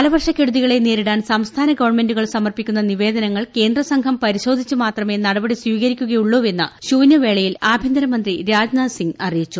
കാലവർഷ ക്കെടുതികളെ നേരിടാൻ സംസ്ഥാനഗവൺമെന്റുകൾ സമർപ്പിക്കുന്ന നിവേദനങ്ങൾ കേന്ദ്രസംഘം പരിശോധിച്ച് മാത്രമേ നടപടി സ്വീകരിക്കുകയുള്ളൂവെന്ന് ശൂന്യവേളയിൽ ആഭ്യന്തരമന്ത്രി രാജ്നാഥ് സിംഗ് അറിയിച്ചു